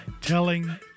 telling